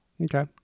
Okay